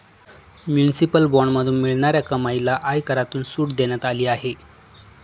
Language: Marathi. म्युनिसिपल बॉण्ड्समधून मिळणाऱ्या कमाईला आयकरातून सूट देण्यात आली आहे